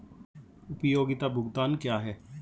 उपयोगिता भुगतान क्या हैं?